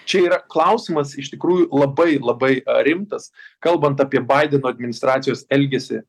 čia yra klausimas iš tikrųjų labai labai rimtas kalbant apie baideno administracijos elgesį